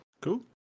Cool